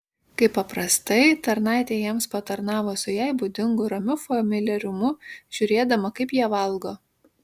kaip paprastai tarnaitė jiems patarnavo su jai būdingu ramiu familiarumu žiūrėdama kaip jie valgo